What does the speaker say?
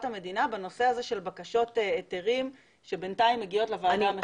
המדינה בנושא הזה של בקשות היתרים שבינתיים מגיעות לוועדה המחוזית.